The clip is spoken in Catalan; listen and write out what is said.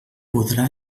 podrà